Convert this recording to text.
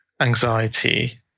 anxiety